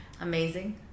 amazing